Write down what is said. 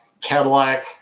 Cadillac